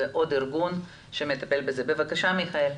בבקשה מיכאל.